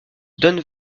don